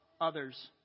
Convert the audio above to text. others